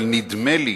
אבל נדמה לי